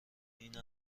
این